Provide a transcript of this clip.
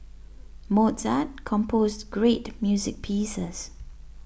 Mozart composed great music pieces